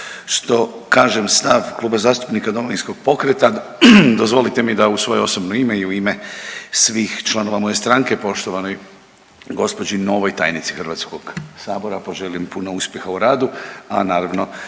što kažem stav Kluba zastupnika Domovinskog pokreta dozvolite mi da u svoje osobno ime i u ime svih članova moje stranke poštovanoj gospođi novoj tajnici HS poželim puno uspjeha u radu, a naravno